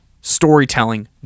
storytelling